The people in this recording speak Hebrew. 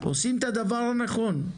עושים את הדבר הנכון.